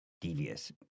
devious